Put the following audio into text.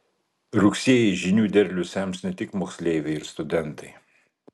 rugsėjį žinių derlių sems ne tik moksleiviai ir studentai